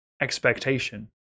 expectation